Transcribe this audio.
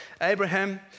Abraham